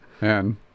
Man